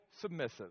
submissive